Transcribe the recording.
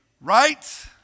right